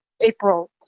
April